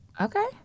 Okay